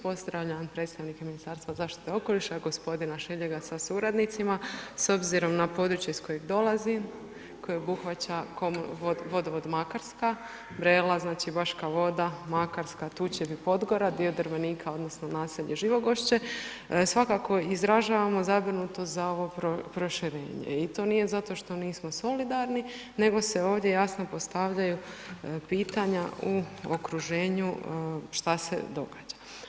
Pozdravljam predstavnike Ministarstva zaštite okoliša g. Šiljega sa suradnicima, s obzirom na područje iz kojeg dolazim, koje obuhvaća Vodovod Makarska, Brela, znači, Baška Voda, Makarska, Tučepi, Podgora, dio Drvenika odnosno naselje Živogošće, svakako izražavamo zabrinutost za ovo proširenje i to nije zato što nismo solidarni, nego se ovdje jasno postavljaju pitanja u okruženju šta se događa?